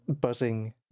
buzzing